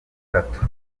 gatandatu